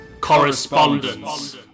Correspondence